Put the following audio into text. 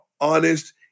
honest